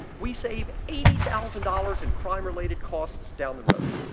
we save eighty thousand dollars in crime-related costs down the road.